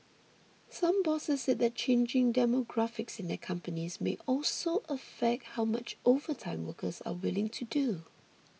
some bosses said that changing demographics in their companies may also affect how much overtime workers are willing to do